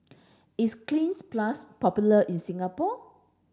is Cleanz plus popular in Singapore